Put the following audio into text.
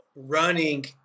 Running